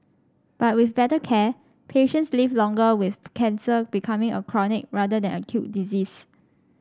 but with better care patients live longer with cancer becoming a chronic rather than acute disease